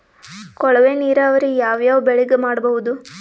ಕೊಳವೆ ನೀರಾವರಿ ಯಾವ್ ಯಾವ್ ಬೆಳಿಗ ಮಾಡಬಹುದು?